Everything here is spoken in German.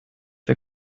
wir